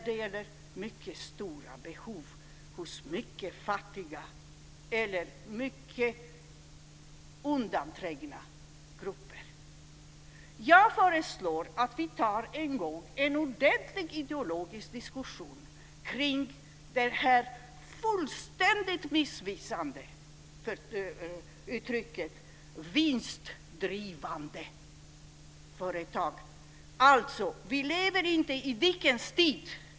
Det gäller mycket stora behov hos fattiga eller undanträngda grupper. Jag föreslår att vi en gång tar en ordentlig ideologisk diskussion kring det fullständigt missvisande uttrycket vinstdrivande företag. Vi lever inte på Dickens tid.